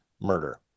murder